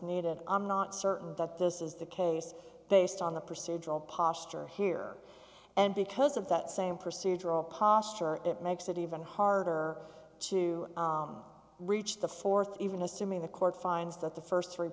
needed i'm not certain that this is the case based on the procedural posture here and because of that same procedural posture it makes it even harder to reach the th even assuming the court finds that the st three